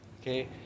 Okay